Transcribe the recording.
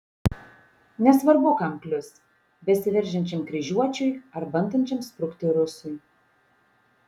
nesvarbu kam klius besiveržiančiam kryžiuočiui ar bandančiam sprukti rusui